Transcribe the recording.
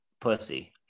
pussy